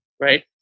right